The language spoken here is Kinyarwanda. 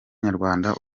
nyarwanda